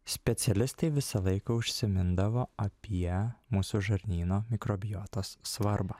specialistai visą laiką užsimindavo apie mūsų žarnyno mikrobiotos svarbą